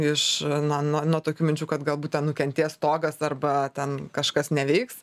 iš na na nuo tokių minčių kad galbūt ten nukentės stogas arba ten kažkas neveiks